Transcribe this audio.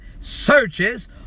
searches